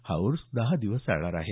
हा उर्स दहा दिवस चालणार आहे